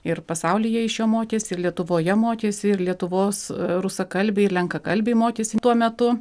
ir pasaulyje iš jo mokėsi ir lietuvoje mokėsi ir lietuvos rusakalbiai ir lenkakalbiai mokėsi tuo metu